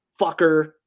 fucker